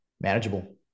manageable